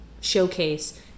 showcase